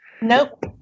Nope